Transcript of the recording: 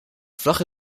flache